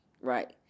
Right